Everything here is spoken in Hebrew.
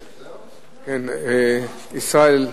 ישראל,